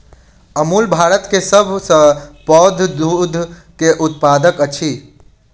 अमूल भारत के सभ सॅ पैघ दूध के उत्पादक अछि